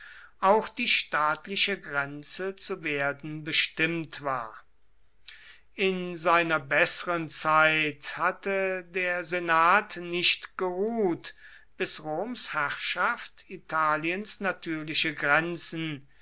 auch die staatliche grenze zu werden bestimmt war in seiner besseren zeit hatte der senat nicht geruht bis roms herrschaft italiens natürliche grenzen